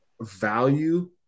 value